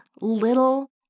little